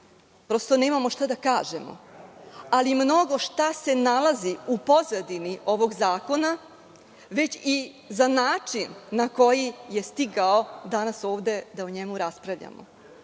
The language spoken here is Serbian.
prosto nemamo šta da kažemo, ali mnogo šta se nalazi u pozadini ovog zakona, već i za način na koji je stigao danas ovde da o njemu raspravljamo,